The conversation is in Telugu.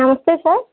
నమస్తే సార్